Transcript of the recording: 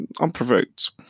unprovoked